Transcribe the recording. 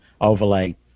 overlay